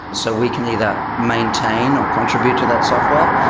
so we can either maintain or contribute to that software.